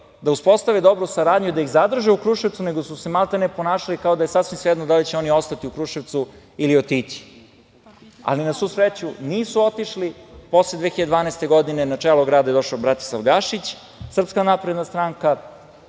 da uspostave dobru saradnju i da ih zadrže u Kruševcu, nego su se maltene ponašali kao da je sasvim svejedno da li će oni ostati u Kruševcu ili otići. Ali, na svu sreću, nisu otišli. Posle 2012. godine na čelo grada je došao Bratislav Gašić, SNS, uspostavljena